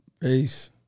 Peace